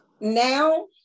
now